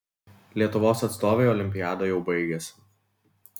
lietuvos atstovei olimpiada jau baigėsi